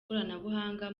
ikoranabuhanga